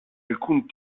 alcun